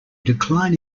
decline